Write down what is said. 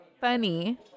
funny